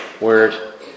word